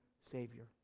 savior